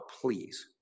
please